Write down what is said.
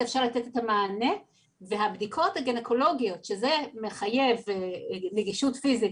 אפשר לתת את המענה והבדיקות הגניקולוגיות שזה מחייב נגישות פיזית